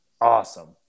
Awesome